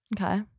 Okay